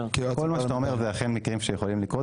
שאתה אומר זה אכן מקרים שיכולים לקרות.